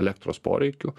elektros poreikių